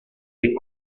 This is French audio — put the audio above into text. est